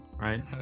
right